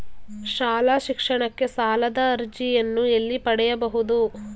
ಶಾಲಾ ಶಿಕ್ಷಣಕ್ಕೆ ಸಾಲದ ಅರ್ಜಿಯನ್ನು ಎಲ್ಲಿ ಪಡೆಯಬಹುದು?